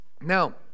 Now